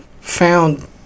found